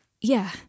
Yeah